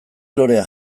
lorea